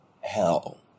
Hell